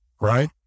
Right